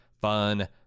fun